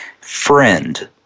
Friend